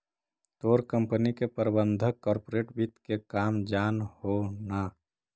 तोर कंपनी के प्रबंधक कॉर्पोरेट वित्त के काम जान हो न